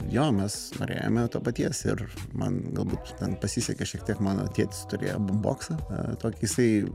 jo mes norėjome to paties ir man galbūt pasisekė šiek tiek mano tėtis turėjo boksą tokį jisai